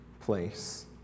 place